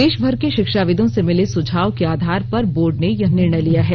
देषभर के षिक्षाविदों से मिले सुझाव के आधार पर बोर्ड ने यह निर्णय लिया है